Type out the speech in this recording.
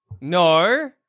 No